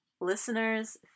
Listeners